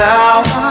Now